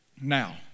Now